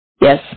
Yes